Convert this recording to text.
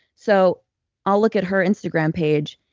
so i'll look at her instagram page,